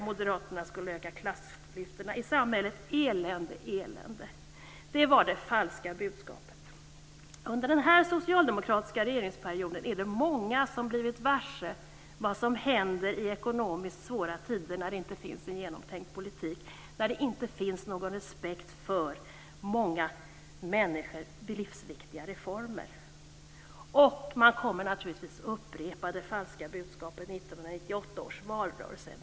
Moderaterna skulle öka klassklyftorna i samhället - elände, elände. Det var det falska budskapet. Under den här socialdemokratiska regeringsperioden är det många som blivit varse vad som händer i ekonomiskt svåra tider när det inte finns en genomtänkt politik, när det inte finns någon respekt för för många människors viktiga reformer. Och man kommer naturligtvis att upprepa det falska budskapet i 1998 års valrörelse.